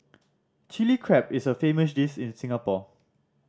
Chilli Crab is a famous dish in Singapore